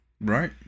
Right